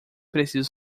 preciso